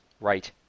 Right